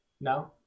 no